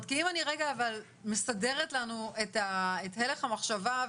אם אני לרגע מסדרת לנו את הלך המחשבה,